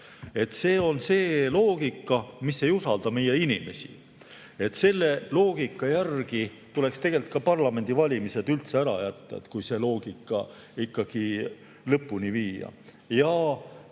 poolt. See loogika ei usalda meie inimesi. Selle järgi tuleks ka parlamendivalimised üldse ära jätta, kui see loogika ikkagi lõpuni viia.